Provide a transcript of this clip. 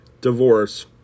Divorce